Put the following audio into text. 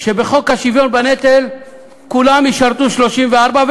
כשלפי חוק השוויון בנטל כולם ישרתו 34 חודשים,